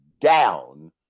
down